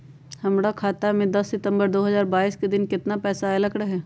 हमरा खाता में दस सितंबर दो हजार बाईस के दिन केतना पैसा अयलक रहे?